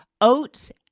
oats